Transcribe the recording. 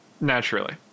Naturally